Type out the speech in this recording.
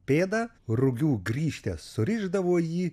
pėdą rugių grįžte surišdavo jį